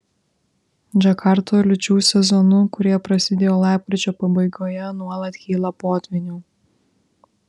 džakartoje liūčių sezonu kurie prasidėjo lapkričio pabaigoje nuolat kyla potvynių